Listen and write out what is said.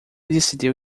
decidiu